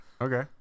Okay